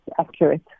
accurate